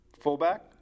fullback